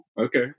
Okay